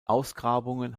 ausgrabungen